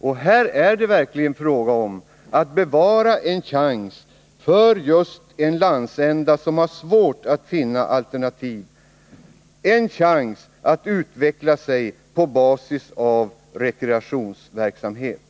Och här är det verkligen fråga om att bevara en chans för en landsända som har svårt att finna alternativ — en chans att utveckla sig på basis av rekreationsverksamhet.